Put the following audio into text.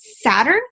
saturn